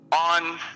on